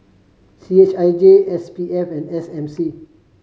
C H I J S P F and S M C